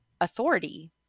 authority